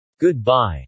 Goodbye